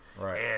Right